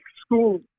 school